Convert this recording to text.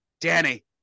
Danny